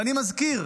ואני מזכיר